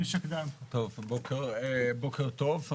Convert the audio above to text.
בוקר טוב.